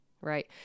right